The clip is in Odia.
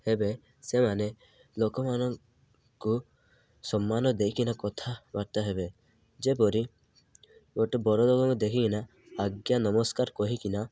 ହେବେ ସେମାନେ ଲୋକମାନଙ୍କୁ ସମ୍ମାନ ଦେଇକିନା କଥାବାର୍ତ୍ତା ହେବେ ଯେପରି ଗୋଟେ ବଡ଼ ଲୋକଙ୍କୁ ଦେଖିକିନା ଆଜ୍ଞା ନମସ୍କାର କହିକିନା